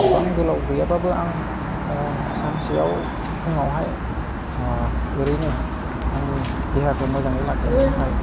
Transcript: गोबां गोलाव गैयाबाबो आं सानसेयाव फुङावहाय ओरैनो आंनि देहाखौ मोजाङै लाखिनो थाखाय